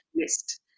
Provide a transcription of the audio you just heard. list